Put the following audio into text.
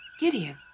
Gideon